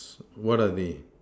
what are they